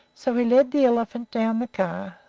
so he led the elephant down the car,